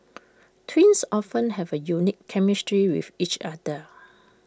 twins often have A unique chemistry with each other